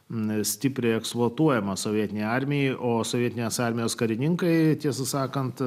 na stipriai eksploatuojama sovietinė armija o sovietinės armijos karininkai tiesą sakant